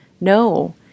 no